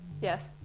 yes